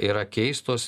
yra keistos